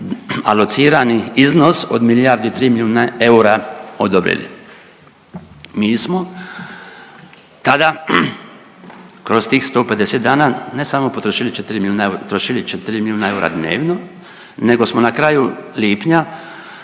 alocirani iznos od milijardu i tri milijuna eura odobrili. Mi smo tada kroz tih 150 dana ne samo potrošili četiri, trošili četiri milijuna eura dnevno nego smo na kraju lipnja